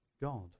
God